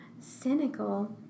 Cynical